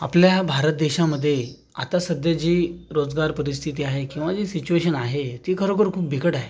आपल्या भारत देशामध्ये आता सध्या जी रोजगार परिस्थिती आहे किंवा जी सिचुएशन आहे ती खरोखर खूप बिकट आहे